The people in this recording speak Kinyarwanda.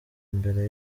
mbere